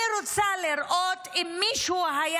אני רוצה לראות אם היה מישהו,